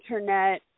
internet